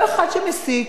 לא אחד שמסית,